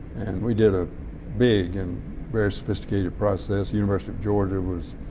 and we did a big and very sophisticated process. university of georgia was